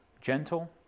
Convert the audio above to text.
gentle